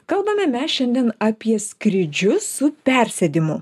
kalbame mes šiandien apie skrydžius su persėdimu